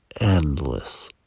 Endless